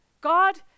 God